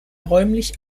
räumlich